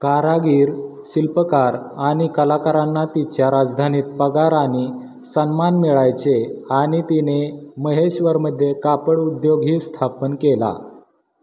कारागीर शिल्पकार आणि कलाकारांना तिच्या राजधानीत पगारानी सन्मान मिळायचे आणि तिने महेश्वरमध्ये कापड उद्योगही स्थापन केला